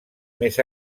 més